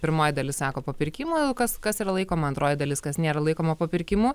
pirmoji dalis sako papirkimo ilkas kas yra laikoma antroji dalis kas nėra laikoma papirkimu